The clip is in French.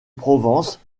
provence